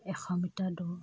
এশ মিটাৰ দৌৰ